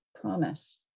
promise